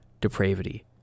depravity